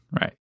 Right